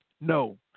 No